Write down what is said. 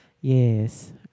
Yes